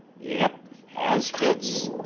yep, has fits,